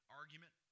argument